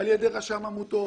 על ידי רשם העמותות,